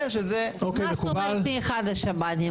שזה --- מה זאת אומרת מאחד השב"נים?